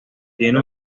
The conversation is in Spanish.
tiene